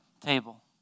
table